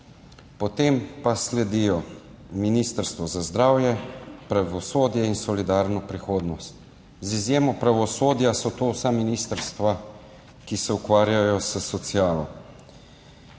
Potem pa sledijo ministrstvo za zdravje, pravosodje in solidarno prihodnost. Z izjemo pravosodja so to vse ministrstva, ki se ukvarjajo s socialo.